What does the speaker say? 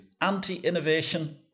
anti-innovation